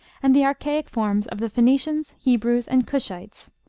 and the archaic forms of the phoenicians, hebrews, and cushites,